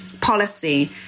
policy